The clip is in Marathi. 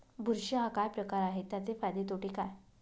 बुरशी हा काय प्रकार आहे, त्याचे फायदे तोटे काय?